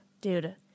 Dude